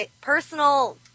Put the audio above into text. personal